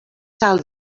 sal